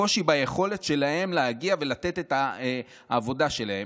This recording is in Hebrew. הקושי ביכולת שלהם להגיע ולתת את העבודה שלהם,